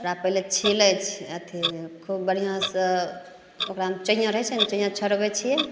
ओकरा पहिले छिलै छिए अथी खूब बढ़िआँसे ओकरामे चोइआँ रहै छै ने चोइआँ छोड़बै छिए